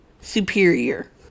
superior